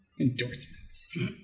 Endorsements